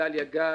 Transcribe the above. גדליה גל,